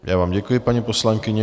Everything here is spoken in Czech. Já vám děkuji, paní poslankyně.